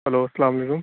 hello السّلام علیکم